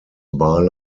bar